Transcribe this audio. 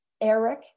Eric